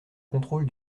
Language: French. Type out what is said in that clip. contrôle